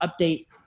Update